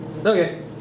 Okay